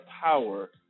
power